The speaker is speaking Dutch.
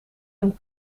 een